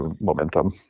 momentum